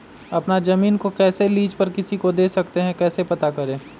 अपना जमीन को कैसे लीज पर किसी को दे सकते है कैसे पता करें?